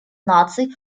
наций